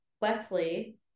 Wesley